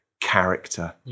character